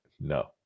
no